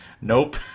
Nope